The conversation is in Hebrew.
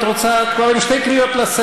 אתם תלמדו לקבל,